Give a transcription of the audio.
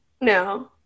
No